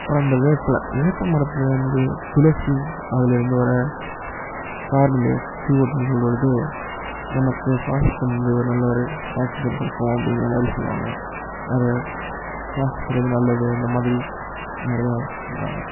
அப்புறம் இந்த வேப்பிலை வேப்பமரத்திலருந்து துளசி அதில் இருந்து வர கார்பன் டை ஆக்ஸ் சிஓடூனு சொல்வது நமக்கு சுவாசிக்கும் வந்து ஒரு நல்ல ஒரு ஆக்ஸிஜனைக் கொடுக்கும் அப்படிங்கிற மாதிரி சொல்வாங்க அதை சுவாசிக்கிறது நல்லது அந்த மாதிரி நிறையா இடத்துல சொல்வாங்க